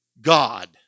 God